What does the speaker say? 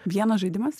vienas žaidimas